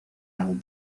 algún